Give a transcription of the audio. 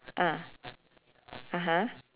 ah (uh huh)